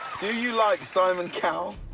do you like simon cowell?